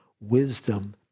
Wisdom